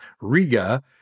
Riga